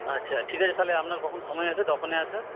আচ্ছা ঠিক আছে তাহলে আপনার কখন সময় আছে তখনই আসেন